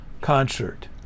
concert